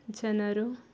ಜನರು